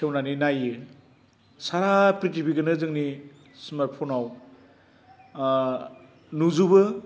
खेवनानै नाइयो सारा पृतिबिखौनो जोंनि स्मार्टफनआव नुजोबो